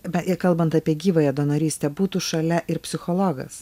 be ir kalbant apie gyvąją donorystę būtų šalia ir psichologas